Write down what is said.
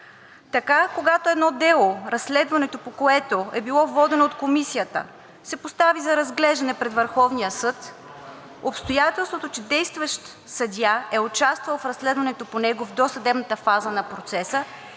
Така, когато едно дело, разследването по което е било водено от Комисията, се постави за разглеждане пред Върховния съд, обстоятелството, че действащ съдия е участвал в разследването по него в досъдебната фаза на процеса